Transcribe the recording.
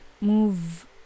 move